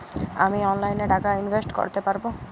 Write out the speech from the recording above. আমি অনলাইনে টাকা ইনভেস্ট করতে পারবো?